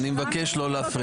אני מבקש לא להפריע.